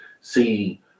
see